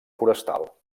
forestal